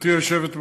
גברתי היושבת בראש,